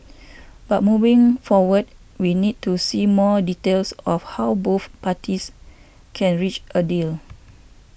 but moving forward we need to see more details of how both parties can reach a deal